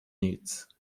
nic